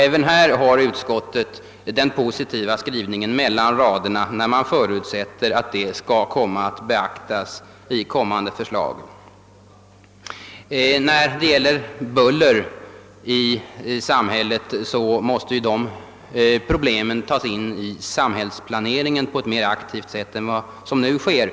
även härvidlag har utskottet en positiv skrivning mellan raderna, där man förutsätter, att de skall komma att beaktas i blivande förslag. Problemen i fråga om buller måste beaktas vid samhällsplaneringen på ett mera aktivt sätt än som nu sker.